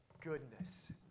goodness